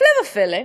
הפלא ופלא,